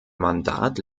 mandat